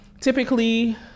typically